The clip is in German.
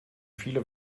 viele